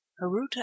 haruta